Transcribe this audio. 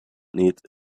need